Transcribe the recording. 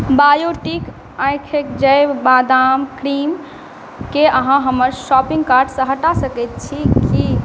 Biotique आँखिक जैव बादाम क्रीमके अहाँ हमर शॉपिंग कार्टसँ हटा सकैत छी की